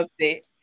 update